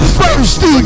first